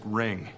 ring